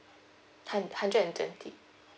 hund~ hundred and twenty